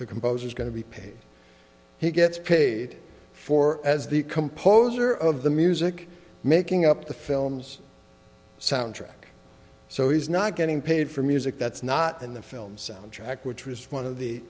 the composer is going to be paid he gets paid for as the composer of the music making up the films soundtrack so he's not getting paid for music that's not in the film soundtrack which was one of the